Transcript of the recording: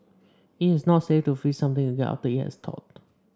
it is not safe to freeze something again after it has thawed